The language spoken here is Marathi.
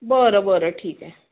बरं बरं ठीक आहे